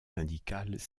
syndicales